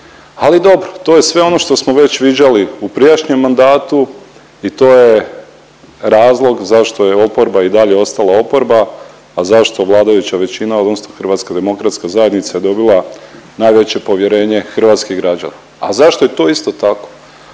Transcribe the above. Ali dobro to je sve ono što smo već viđali u prijašnjem mandatu i to je razlog zašto je oporba i dalje ostala oporba, a zašto vladajuća većina odnosno HDZ dobila najveće povjerenje hrvatskih građana. A zašto je to isto tako?